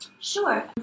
Sure